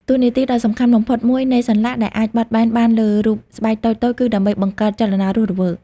តួនាទីដ៏សំខាន់បំផុតមួយនៃសន្លាក់ដែលអាចបត់បែនបានលើរូបស្បែកតូចៗ គឺដើម្បីបង្កើតចលនារស់រវើក។